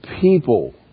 people